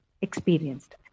experienced